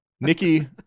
Nikki